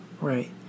right